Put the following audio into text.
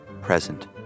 present